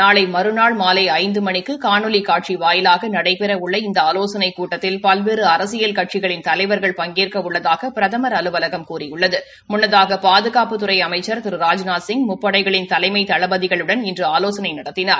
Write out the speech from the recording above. நாளை மறுநாள் மாலை ஐந்து மணிக்கு காணொலி காட்சி வாயிலாக நடைபெறவுள்ள இந்த ஆலோசனைக் கூட்டத்தில் பல்வேறு அரசியல் கட்சிகளின் தலைவர்கள் பங்கேற்க உள்ளதாக பிரதமர் அலுவலகம் கூறியுள்ளது முன்னதாக பாதுகாப்புத்துறை அமைச்ச் திரு ராஜ்நாத்சிங் முப்படைகளின் தலைமை தளபதிகளுடன் இன்று ஆலோசனை நடத்தினார்